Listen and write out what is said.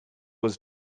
was